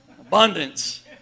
abundance